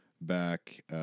back